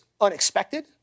unexpected